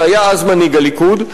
שהיה אז מנהיג הליכוד,